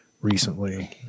recently